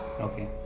okay